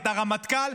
את הרמטכ"ל.